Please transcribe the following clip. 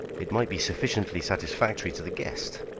it might be sufficiently satisfactory to the guest.